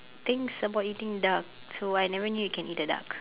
thinks about eating duck so I never knew we can eat the duck